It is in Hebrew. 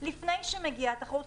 לפני שמגיעה התחרות,